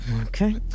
Okay